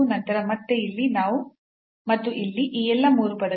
ನಂತರ ಮತ್ತೆ ಇಲ್ಲಿ ಮತ್ತು ಇಲ್ಲಿ ಈ ಎಲ್ಲಾ ಮೂರು ಪದಗಳು